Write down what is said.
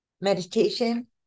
Meditation